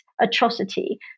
atrocity